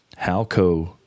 Halco